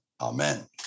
amen